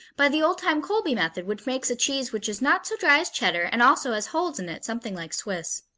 by the old-time colby method which makes a cheese which is not so dry as cheddar and also has holes in it, something like swiss.